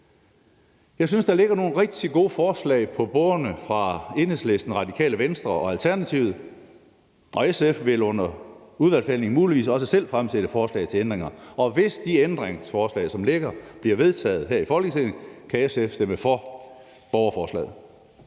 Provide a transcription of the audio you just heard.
Jeg synes, der ligger nogle rigtig gode forslag på bordene fra Enhedslisten, Radikale Venstre og Alternativet, og SF vil under udvalgsbehandlingen muligvis også selv stille forslag til ændringer. Hvis de ændringsforslag, der ligger, bliver vedtaget her i Folketinget, kan SF stemme for borgerforslaget.